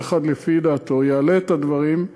כל אחד לפי דעתו יעלה את הדברים.